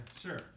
Sure